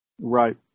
Right